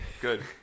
Good